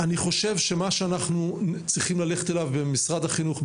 אני חושב שמה שאנחנו צריכים ללכת אליו במשרד החינוך,